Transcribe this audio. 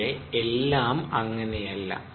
പക്ഷേ എല്ലാം അങ്ങനെയല്ല